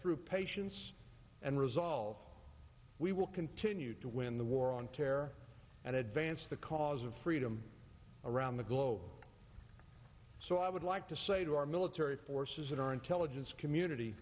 through patience and resolve we will continue to win the war on terror and advance the cause of freedom around the globe so i would like to say to our military forces and our intelligence community